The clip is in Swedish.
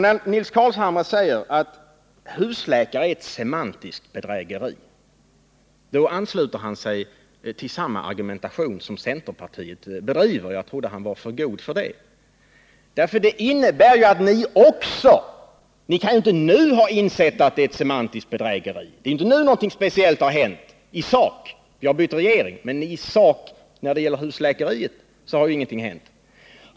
När Nils Carlshamre säger att husläkare är ett semantiskt bedrägeri, då ansluter han sig till samma argumentation som centerpartiet bedriver. Jag trodde att han var för god för det. Ni kan ju inte nu ha insett att det är ett semantiskt bedrägeri. Det är inte nu någonting speciellt har hänt. Vi har bytt regering, men i sak när det gäller husläkeriet har ingenting hänt.